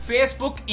Facebook